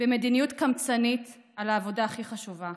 במדיניות קמצנית על העבודה הכי חשובה,